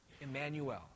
Emmanuel